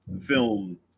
film